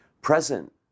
present